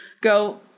go